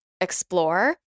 explore